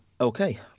Okay